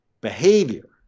behavior